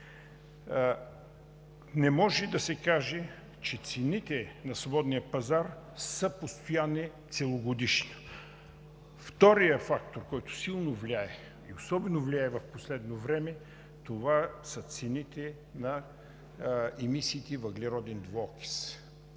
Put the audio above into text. не може да се каже, че цените на свободния пазар са постоянни целогодишно. Вторият фактор, който силно влияе, и особено влияе в последно време, са цените на емисиите въглероден двуокис.